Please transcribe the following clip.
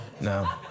No